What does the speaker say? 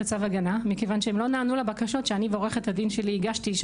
צו ההגנה מכיוון שהם לא נענו לבקשות שאני ועורכת הדין שלי הגשתי,